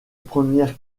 première